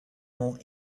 more